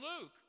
Luke